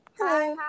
Hi